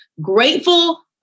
grateful